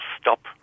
stop